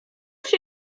się